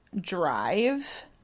drive